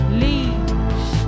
leaves